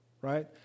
right